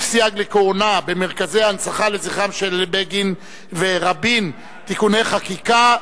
סייג לכהונה במרכזי ההנצחה לזכרם של בגין ורבין (תיקוני חקיקה),